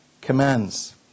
commands